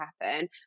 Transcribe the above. happen